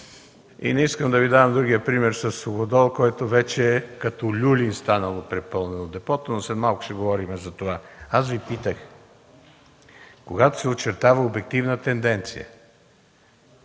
И не искам да Ви давам другия пример със Суходол, който вече като „Люлин” станало препълнено депото, но след малко ще говорим за това. Аз Ви питах: когато се очертава обективна тенденция,